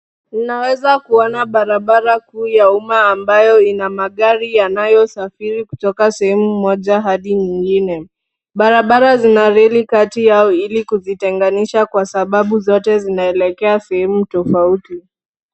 Ninaweza kuona barabara kuu ya uma ambayo ina magari yanayosafiri kutoka sehemu moja hadi nyingine. Barabara zina reli kati yao ili kuzitenganisha kwa sababu zote zinaelekea sehemu tofauti.